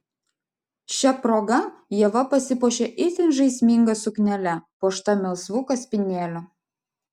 šia proga ieva pasipuošė itin žaisminga suknele puošta melsvu kaspinėliu